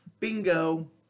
Bingo